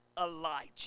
Elijah